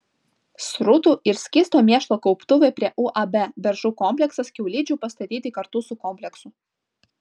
srutų ir skysto mėšlo kauptuvai prie uab beržų kompleksas kiaulidžių pastatyti kartu su kompleksu